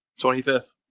25th